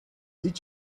did